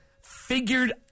figured